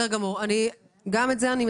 אני מצרפת גם את זה.